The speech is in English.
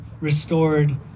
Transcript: restored